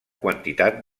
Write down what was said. quantitat